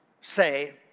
say